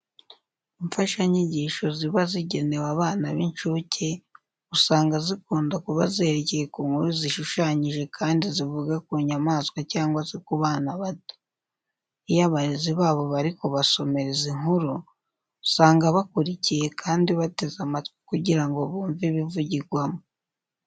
Imfashanyigisho ziba zigenewe abana b'inshuke, usanga zikunda kuba zerekeye ku nkuru zishushanyije kandi zivuga ku nyamaswa cyangwa se ku bana bato. Iyo abarezi babo bari kubasomera izi nkuru, usanga bakurikiye kandi bateze amatwi kugira ngo bumve ibivugwamo